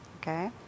Okay